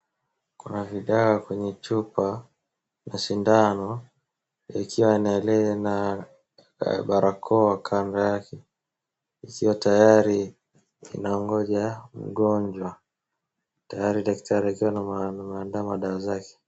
Kuna vidawa kwenye chupa na sindano ikiwa na barakoa kando yake ikiwa tayari inaongoja mgonjwa. Tayari daktari akiwa ameandaa madawa zake.